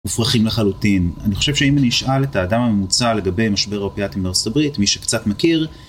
מופרכים לחלוטין. אני חושב שאם אני אשאל את האדם הממוצע לגבי משבר אופיאטים בארה״ב, מי שקצת מכיר...